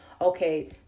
okay